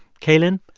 cailin,